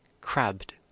crabbed